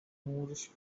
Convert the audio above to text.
moorish